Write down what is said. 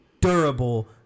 durable